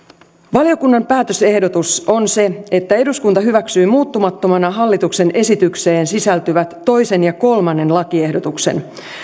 valiokunnan päätösehdotus on että eduskunta hyväksyy muuttamattomana hallituksen esitykseen sisältyvät toinen ja kolmannen lakiehdotuksen